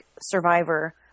Survivor